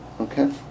Okay